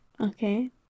Okay